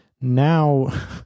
Now